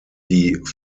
die